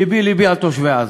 לבי לבי על תושבי עזה,